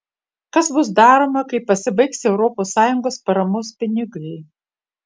kas bus daroma kai pasibaigs europos sąjungos paramos pinigai